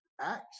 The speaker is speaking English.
Acts